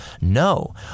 no